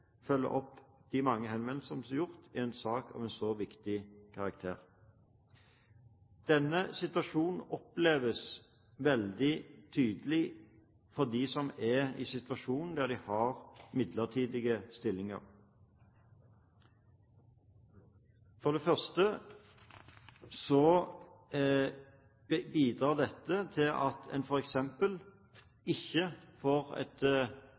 opp de mange henvendelser som er gjort i en sak av en så viktig karakter. Denne situasjonen oppleves veldig tydelig for dem som er i midlertidige stillinger. Dette bidrar til at en f.eks. ikke får tilbakemelding der og da hvis en